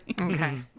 Okay